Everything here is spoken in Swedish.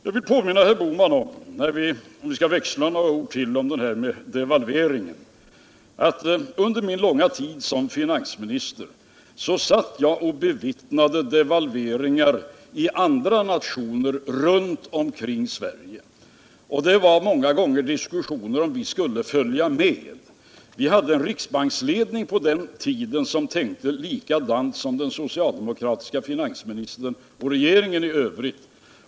Jag vill påminna herr Bohman om - ifall vi nu skall växla några ord till om devalveringen — att under min långa tid som finansminister bevittnade jag devalveringar i andra nationer runt omkring Sverige. Det var många gånger diskussioner om huruvida vi skulle följa med. Vi hade på den tiden en riksbanksledning som tänkte likadant som den socialdemokratiske finansministern och regeringen i övrigt.